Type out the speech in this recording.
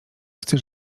chcę